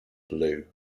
blue